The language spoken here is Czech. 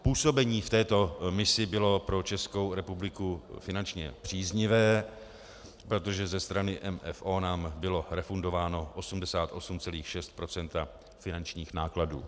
Působení v této misi bylo pro Českou republiku finančně příznivé, protože ze strany MFO nám bylo refundováno 88,6 % finančních nákladů.